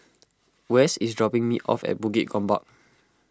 Wes is dropping me off at Bukit Gombak